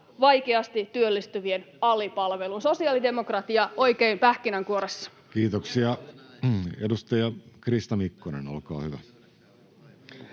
vaikeasti työllistyvien alipalveluun — sosiaalidemokratia oikein pähkinänkuoressa. Kiitoksia. — Edustaja Krista Mikkonen, olkaa hyvä.